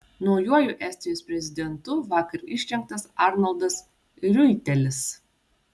naujuoju estijos prezidentu vakar išrinktas arnoldas riuitelis